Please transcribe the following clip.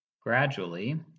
Gradually